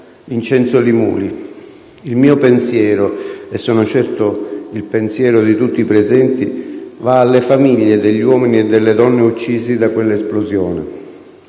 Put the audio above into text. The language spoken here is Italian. Vincenzo Li Muli. Il mio pensiero, e sono certo il pensiero di tutti i presenti, va alle famiglie degli uomini e delle donne uccisi da quella esplosione.